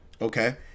Okay